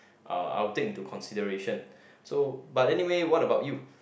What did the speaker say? uh I will take into consideration so but anyway what about you